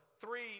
three